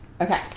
Okay